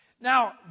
Now